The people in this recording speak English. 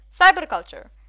cyberculture